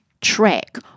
track